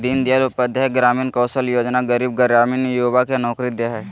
दीन दयाल उपाध्याय ग्रामीण कौशल्य योजना गरीब ग्रामीण युवा के नौकरी दे हइ